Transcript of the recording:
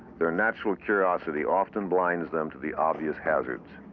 their natural curiosity often blinds them to the obvious hazards.